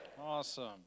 Awesome